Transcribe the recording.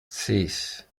sis